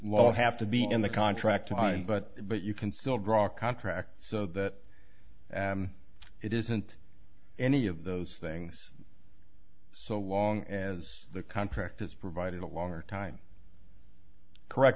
law have to be in the contract line but but you can still draw a contract so that it isn't any of those things so long as the contract is provided a longer time correct